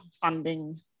funding